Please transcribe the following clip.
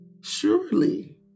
surely